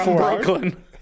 brooklyn